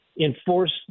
enforce